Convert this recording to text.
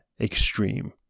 extreme